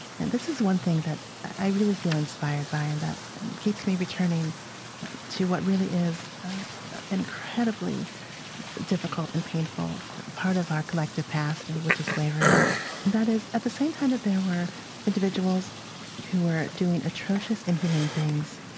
and this is one thing that i really feel inspired by and that keeps me returning to what really is an incredibly difficult and painful part of our collective past, and which is slavery that is, at the same time that there were individuals who were doing atrocious, inhumane things,